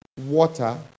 water